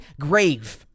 grave